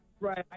Right